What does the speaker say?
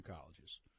colleges